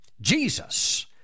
Jesus